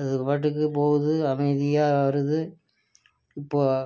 அது பாட்டுக்கு போகுது அமைதியாக வருது இப்போது